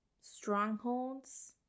Strongholds